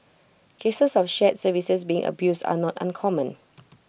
cases of shared services being abused are not uncommon